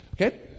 Okay